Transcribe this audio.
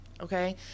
Okay